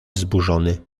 wzburzony